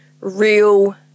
real